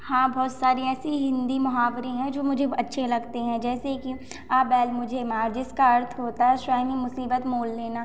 हाँ बहुत सारी ऐसे हिंदी मुहावरे हैं जो मुझे अच्छे लगते हैं जैसे कि आ बैल मुझे मार जिसका अर्थ होता है शायनी मुसीबत मोल लेना